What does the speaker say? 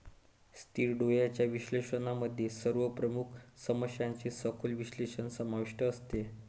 स्थिर डोळ्यांच्या विश्लेषणामध्ये सर्व प्रमुख समस्यांचे सखोल विश्लेषण समाविष्ट असते